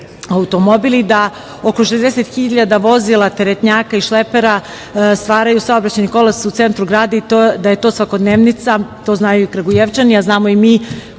automobil i da oko 60.000 vozila, teretnjaka i šlepera stvaraju saobraćajni kolaps u centru grada i da je to svakodnevnica, i to znaju i Kragujevčani, a znamo i mi